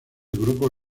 grupo